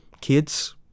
Kids